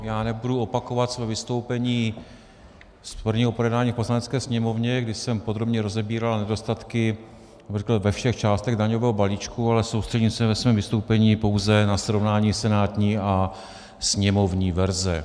Já nebudu opakovat své vystoupení z prvního projednání v Poslanecké sněmovně, kdy jsem podrobně rozebíral nedostatky, řekl bych, ve všech částech daňového balíčku, ale soustředím se ve svém vystoupení pouze na srovnání senátní a sněmovní verze.